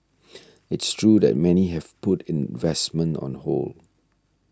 it's true that many have put investment on hold